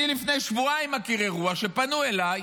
אני מכיר אירוע, לפני שבועיים, שפנו אליי,